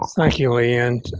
thank you, leigh and